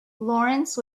lawrence